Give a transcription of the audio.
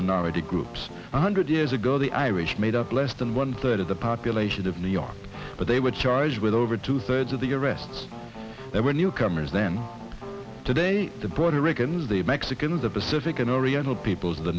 minority groups one hundred years ago the irish made up less than one third of the population of new york but they were charged with over two thirds of the arrests that were newcomers then today the broader ricans the mexicans of pacific and oriental peoples the